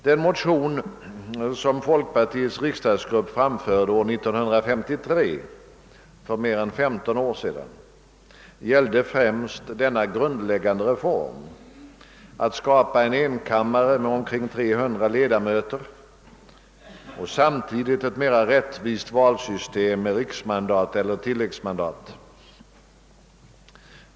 Den motion som folkpartiets riksdagsgrupp väckte år 1953 — för mer än 15 år sedan — gällde främst denna grundläggande reform: att skapa en enkammarriksdag med omkring 306 ledamöter och samtidigt ett mer rättvist valsystem med riksmandat eller tilläggsmandat.